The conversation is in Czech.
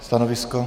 Stanovisko?